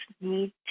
need